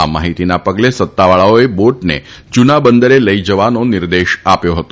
આ માહિતીના પગલે સત્તાવાળાઓએ બોટને જૂના બંદરે લઈ જવાનો નિર્દેશ આપ્યો હતો